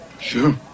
Sure